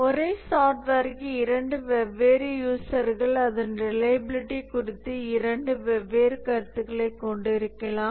ஒரே சாஃப்ட்வேருக்கு இரண்டு வெவ்வேறு யூசர்கள் அதன் ரிலையபிலிட்டி குறித்து இரண்டு வெவ்வேறு கருத்துக்களைக் கொண்டிருக்கலாம்